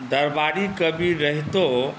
दरबारी कवि रहितो